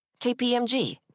KPMG